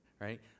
Right